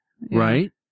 right